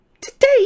Today